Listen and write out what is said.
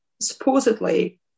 supposedly